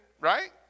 right